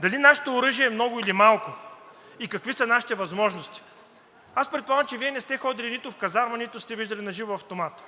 дали нашето оръжие е много, или малко и какви са нашите възможности? Предполагам, че Вие не сте ходили нито в казарма, нито сте виждали наживо автомат.